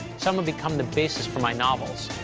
some have become the basis for my novels,